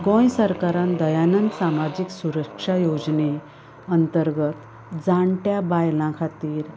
गोंय सरकारान दयानंद सामाजीक सुरक्षा योवजने अंतर्गत जाण्ट्या बायलांक खातीर